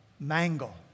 Mangle